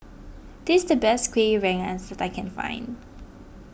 this the best Kueh Rengas that I can find